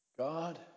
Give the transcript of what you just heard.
God